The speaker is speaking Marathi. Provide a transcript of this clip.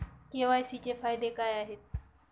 के.वाय.सी चे फायदे काय आहेत?